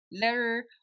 letter